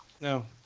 No